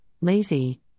lazy